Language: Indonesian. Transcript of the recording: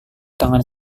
tangan